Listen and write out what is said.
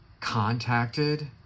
contacted